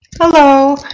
Hello